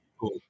cool